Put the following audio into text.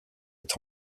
est